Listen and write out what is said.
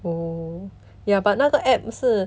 oh ya but 那个 app 是